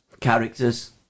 characters